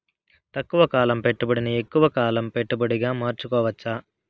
తక్కువ కాలం పెట్టుబడిని ఎక్కువగా కాలం పెట్టుబడిగా మార్చుకోవచ్చా?